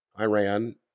iran